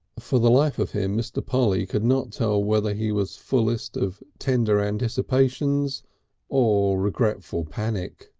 for the life of him mr. polly could not tell whether he was fullest of tender anticipations or regretful panic.